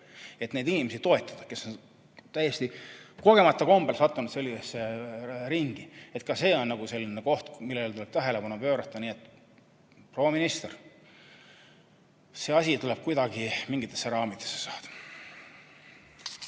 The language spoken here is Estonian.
et neid inimesi toetada, kes on täiesti kogemata kombel sattunud sellisesse ringi. Ka see on selline koht, millele tuleb tähelepanu pöörata. Proua minister, see asi tuleb kuidagi mingitesse raamidesse saada.